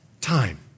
Time